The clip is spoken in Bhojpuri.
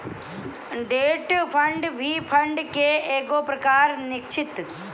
डेट फंड भी फंड के एगो प्रकार निश्चित